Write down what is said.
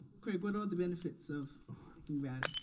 craig, what are the benefits of thinking about it?